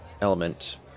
element